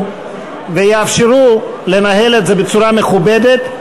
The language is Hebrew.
ויאפשרו לנהל את זה בצורה מכובדת,